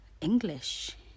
English